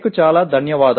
చాలా ధన్యవాదాలు